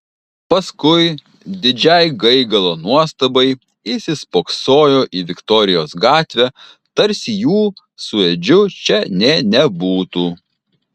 paskui didžiai gaigalo nuostabai įsispoksojo į viktorijos gatvę tarsi jų su edžiu čia nė nebūtų